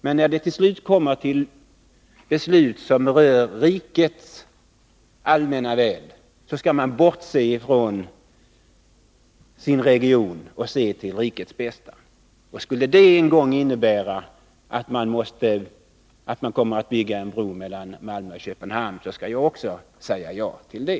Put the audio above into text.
Men när det till sist skall fattas beslut som rör rikets allmänna väl, så skall man bortse från sin region och se till rikets bästa. Och skulle det en gång innebära att man kommer att bygga en bro mellan Malmö och Köpenhamn, så skall jag också säga ja till det.